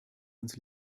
uns